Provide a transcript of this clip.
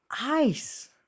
Ice